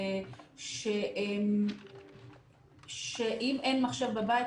אם אין מחשב בבית,